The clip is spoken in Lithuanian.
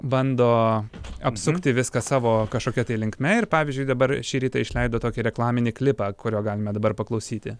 bando apsukti viską savo kažkokia tai linkme ir pavyzdžiui dabar šį rytą išleido tokį reklaminį klipą kurio galime dabar paklausyti